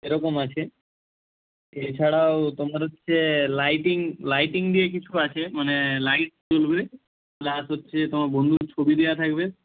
এরকম আছে এছাড়াও তোমার হচ্ছে লাইটিং লাইটিং দিয়ে কিছু আছে মানে লাইট জ্বলবে প্লাস হচ্ছে তোমার বন্ধুর ছবি দেওয়া থাকবে